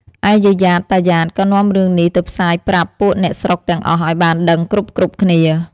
ឯយាយយ៉ាត តាយ៉ាត ក៏នាំរឿងនេះទៅផ្សាយប្រាប់ពួកអ្នកស្រុកទាំងអស់ឱ្យបានដឹងគ្រប់ៗគ្នា។